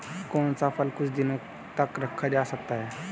कौन सा फल कुछ दिनों तक रखा जा सकता है?